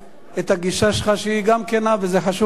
את הגישה שלך, שהיא גם כנה, וזה חשוב מאוד.